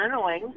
journaling